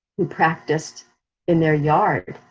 who practiced in their yard.